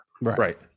Right